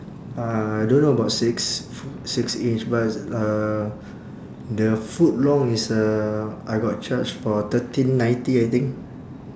uh I don't know about six f~ six inch but uh the foot long is uh I got charged for thirteen ninety I think